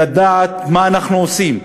לדעת מה אנחנו עושים.